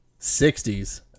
60s